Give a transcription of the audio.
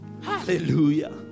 Hallelujah